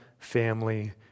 Family